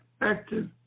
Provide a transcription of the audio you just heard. active